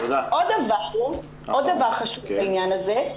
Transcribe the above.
עוד דבר חשוב לעניין הזה,